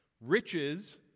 Riches